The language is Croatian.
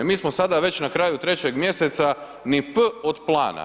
Mi smo sada već na kraju 3. mjeseca, ni p od plana.